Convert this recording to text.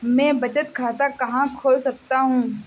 मैं बचत खाता कहाँ खोल सकता हूँ?